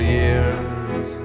years